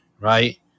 right